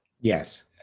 Yes